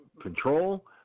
control –